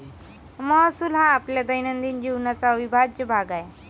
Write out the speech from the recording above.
महसूल हा आपल्या दैनंदिन जीवनाचा अविभाज्य भाग आहे